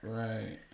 right